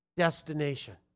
destination